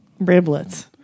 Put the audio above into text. Riblets